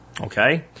Okay